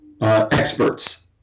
experts